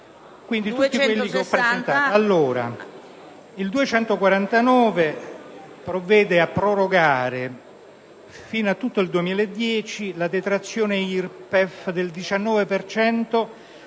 2.149 provvede a prorogare fino a tutto il 2010 la detrazione IRPEF del 19